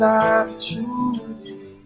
opportunity